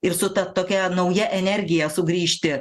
ir su ta tokia nauja energija sugrįžti